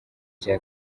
cya